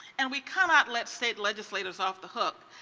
and we cannot let state legislators off the hook.